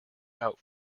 out